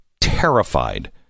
terrified